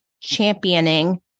championing